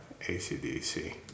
ACDC